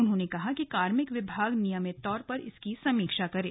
उन्होंने कहा कि कार्मिक विभाग नियमित तौर पर इसकी समीक्षा करे